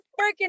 freaking